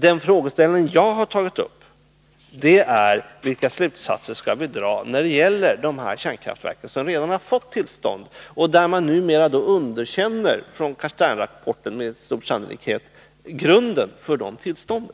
Den frågeställning som jag har tagit upp är: Vilka slutsatser skall vi dra när det gäller de kärnkraftverk som redan har fått tillstånd, när Castaingrapporten nu tydligen underkänner grunden för de tillstånden?